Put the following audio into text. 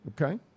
Okay